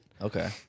Okay